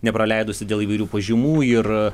nepraleidusi dėl įvairių pažymų ir